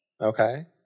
Okay